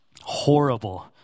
Horrible